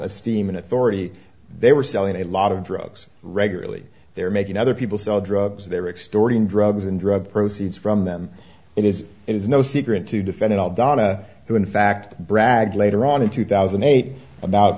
esteem in authority they were selling a lot of drugs regularly they're making other people sell drugs they're extorting drugs and drug proceeds from them it is it is no secret to defend it all donna who in fact bragged later on in two thousand and eight about